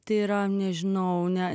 tyra nežinau ne